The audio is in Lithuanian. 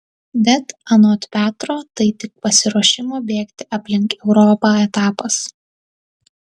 bet anot petro tai tik pasiruošimo bėgti aplink europą etapas